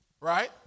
Right